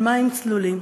על מים צלולים.